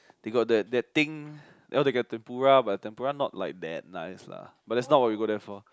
they got that that thing they got tempura but the tempura not like that nice lah but that's not what we go there for